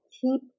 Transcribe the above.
keep